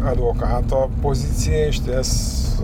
advokato pozicija išties